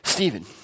Stephen